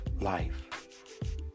life